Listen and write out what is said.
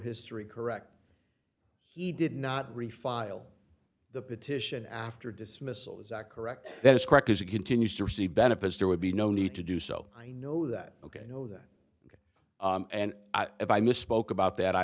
history correct he did not refile the petition after dismissal exact correct that is correct as it continues to receive benefits there would be no need to do so i know that ok you know that and if i misspoke about that i